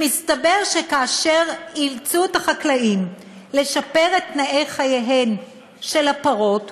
מסתבר שכשאילצו את החקלאים לשפר את תנאי חייהן של הפרות,